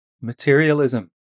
materialism